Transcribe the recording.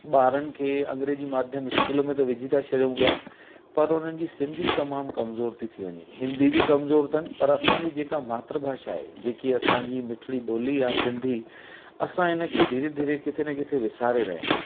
ॿारनि खे अंग्रेजी माध्यम इस्कूल में त विझी था छॾियूं पिया पर उन्हनि जी सिंधी तमामु कमजोर थी थी वञे हिंदी बि कमजोर अथन पर असांजी जेका मात्र भाषा आहे जेकी असांजी मिठिड़ी ॿोली आहे सिंधी असां इनखे धीरे धीरे किथे न किथे विसारे रहिया आहियूं